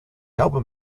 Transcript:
album